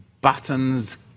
buttons